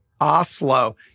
Oslo